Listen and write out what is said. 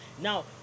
now